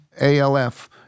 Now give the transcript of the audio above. ALF